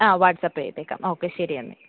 ആ വാട്ട്സാപ്പ് ചെയ്തേക്കാം ഓക്കെ ശരി എന്നാൽ ആ